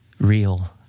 real